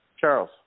Charles